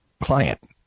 client